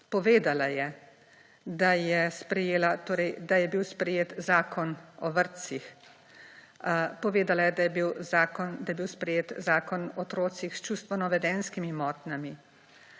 Povedala je, da je bil sprejet Zakon o vrtcih. Povedala je, da je bil sprejet Zakon o otrocih s čustveno-vedenjskimi motnjami,